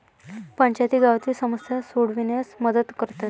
पंचायती गावातील समस्या सोडविण्यास मदत करतात